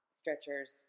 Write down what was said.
stretchers